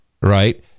right